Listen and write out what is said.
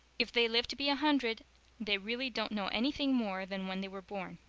if they live to be a hundred they really don't know anything more than when they were born.